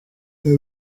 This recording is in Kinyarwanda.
ibi